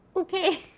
okay.